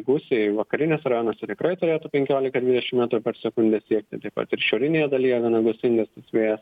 gūsiai vakariniuose rajonuose tikrai turėtų penkiolika dvidešim metrų per sekundę siekti taip pat ir šiaurinėje dalyje gana gūsingas vėjas